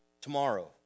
tomorrow